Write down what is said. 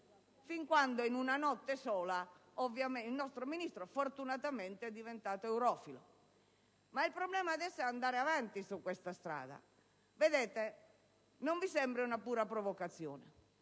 fin quando in una notte sola il nostro Ministro fortunatamente è diventato eurofilo; ma il problema adesso è andare avanti su questa strada. Non vi sembri una pura provocazione,